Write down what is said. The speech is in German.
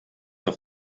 auf